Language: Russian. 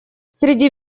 среди